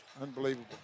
Unbelievable